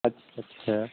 अच्छा अच्छा